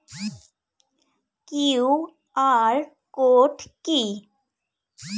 QR code কি?